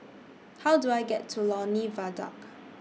How Do I get to Lornie Viaduct